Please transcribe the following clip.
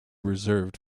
reserved